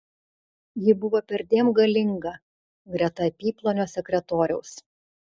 ji buvo perdėm galinga greta apyplonio sekretoriaus